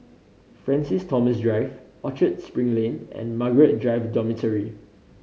Francis Thomas Drive Orchard Spring Lane and Margaret Drive Dormitory